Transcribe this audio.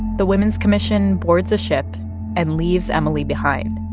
the women's commission boards a ship and leaves emily behind.